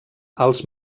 als